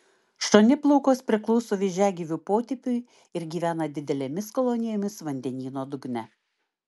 šoniplaukos priklauso vėžiagyvių potipiui ir gyvena didelėmis kolonijomis vandenyno dugne